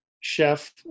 chef